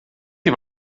die